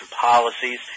policies